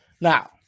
Now